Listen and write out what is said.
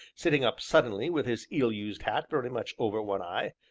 sitting up suddenly, with his ill-used hat very much over one eye,